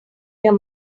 your